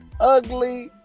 ugly